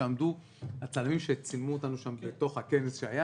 שעמדו הצלמים שצילמו אותנו בתוך הכנס שהיה